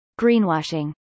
greenwashing